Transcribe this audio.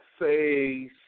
say